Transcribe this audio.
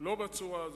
לא בצורה הזאת.